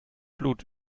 blut